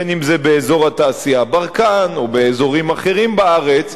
בין אם זה באזור התעשייה ברקן או באזורים אחרים בארץ,